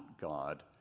God